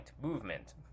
Movement